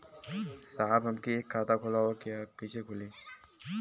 साहब हमके एक खाता खोलवावे के ह कईसे खुली?